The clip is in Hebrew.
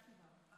גברתי השרה,